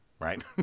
right